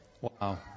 Wow